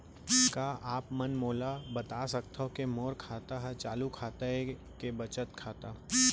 का आप मन मोला बता सकथव के मोर खाता ह चालू खाता ये के बचत खाता?